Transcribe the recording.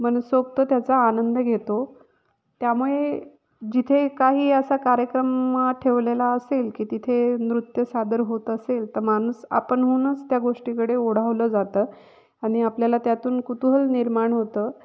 मनसोक्त त्याचा आनंद घेतो त्यामुळे जिथे काही असा कार्यक्रम ठेवलेला असेल की तिथे नृत्य सादर होत असेल तर माणूस आपणहूनच त्या गोष्टीकडे ओढावलं जातं आणि आपल्याला त्यातून कुतुहल निर्माण होतं